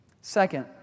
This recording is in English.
Second